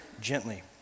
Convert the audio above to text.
gently